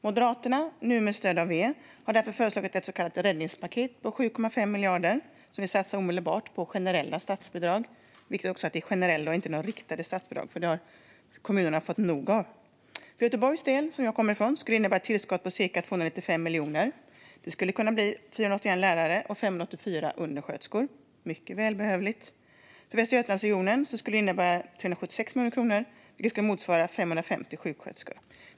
Moderaterna, nu med stöd av Vänsterpartiet, har därför föreslagit ett så kallat räddningspaket på 7,5 miljarder som vi satsar omedelbart på generella statsbidrag. Det är viktigt att det är generella bidrag och inte riktade sådana, för det har kommunerna fått nog av. För Göteborgs del, där jag kommer ifrån, skulle det innebära ett tillskott på ca 295 miljoner. Det skulle kunna bli 481 lärare eller 584 undersköterskor - mycket välbehövligt. För Västra Götalandsregionen skulle det innebära 376 miljoner kronor, vilket skulle motsvara 550 sjuksköterskor.